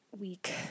week